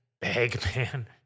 Bagman